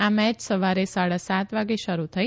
આ મેચ સવારે સાડા સાત વાગે શરૂ થઇ